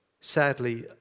Sadly